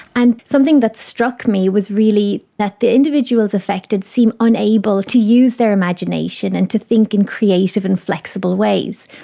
and something that struck me was really that the individuals affected seemed unable to use their imagination and to think in creative and flexible ways.